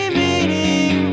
meaning